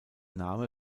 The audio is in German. name